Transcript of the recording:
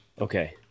Okay